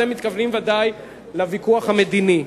אתם מתכוונים בוודאי לוויכוח המדיני.